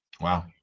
Wow